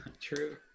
True